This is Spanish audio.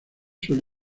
suele